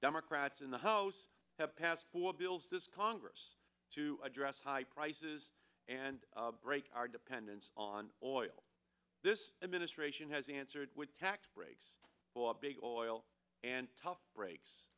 democrats in the house have passed four bills this congress to address high prices and break our dependence on oil this administration has answered with tax breaks for big oil and tough breaks